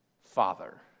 father